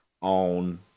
on